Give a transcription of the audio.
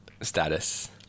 status